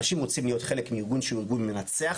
אנשים רוצים להיות חלק מארגון שהוא ארגון מנצח,